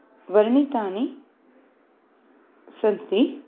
वर्णितानि सन्ति